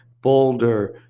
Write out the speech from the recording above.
boulder,